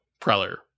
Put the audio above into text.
Preller